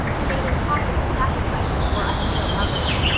who made impossible sacrifices for ideal lovers,